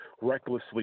recklessly